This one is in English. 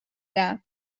that